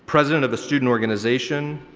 president of the student organization,